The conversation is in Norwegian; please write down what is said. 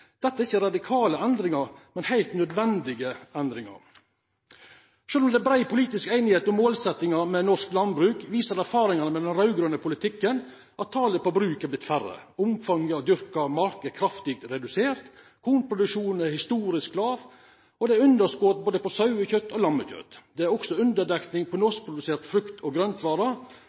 Dette er ikkje radikale endringar, men heilt nødvendige endringar. Sjølv om det er brei politisk einigheit om målsettinga for norsk landbruk, viser erfaringane med den raud-grøne politikken at talet på bruk har vorte mindre, at omfanget av dyrka mark er kraftig redusert, at kornproduksjonen er historisk låg, og at det er underskot både på sauekjøt og på lammekjøt. Det er også underdekking av norskproduserte frukt og